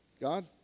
God